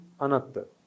anatta